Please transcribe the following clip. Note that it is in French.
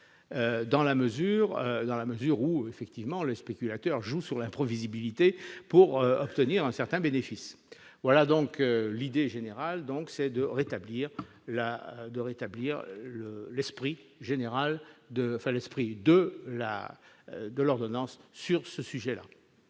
dans la mesure où effectivement les spéculateurs jouent sur l'imprévisibilité pour retenir un certain bénéfice voilà donc l'idée générale, donc c'est de rétablir la de rétablir le l'esprit